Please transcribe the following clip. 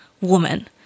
woman